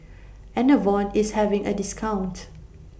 Enervon IS having A discount